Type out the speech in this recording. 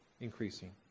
increasing